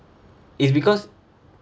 is because